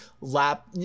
lap